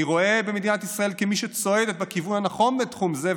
אני רואה במדינת ישראל מי שצועדת בכיוון הנכון בתחום זה,